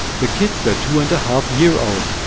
the kids were two and a half years old.